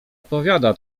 odpowiada